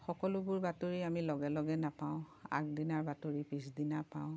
সকলোবোৰ বাতৰি আমি লগে লগে নাপাওঁ আগদিনাৰ বাতৰি পিছদিনা পাওঁ